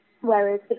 Whereas